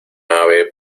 ave